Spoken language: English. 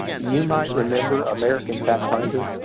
you might remember american factfinder.